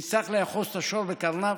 נצטרך לאחוז את השור בקרניו,